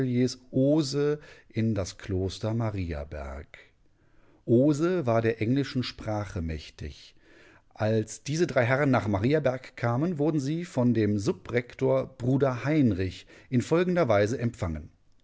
in das kloster mariaberg ohse war der englischen sprache mächtig als diese drei herren nach mariaberg kamen wurden sie von dem subrektor bruder heinrich in folgender weise empfangen